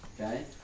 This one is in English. Okay